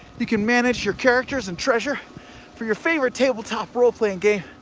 you can manage your characters and treasure for your favorite tabletop roleplaying game,